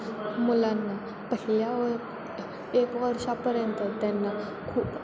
मुलांना पहिल्या एक वर्षापर्यंत त्यांना खूप